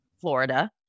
florida